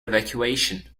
evacuation